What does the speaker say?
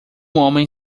homem